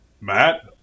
Matt